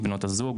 עם בנות הזוג,